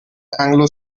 anglo